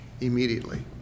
immediately